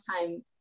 time